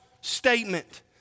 statement